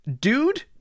dude